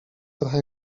trochę